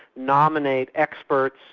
nominate experts,